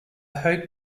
hope